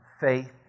faith